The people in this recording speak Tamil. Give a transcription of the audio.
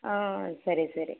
ஆ சரி சரி